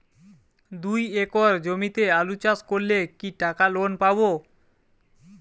দুই একর জমিতে আলু চাষ করলে কি টাকা লোন পাবো?